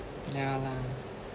ya lah